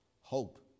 hope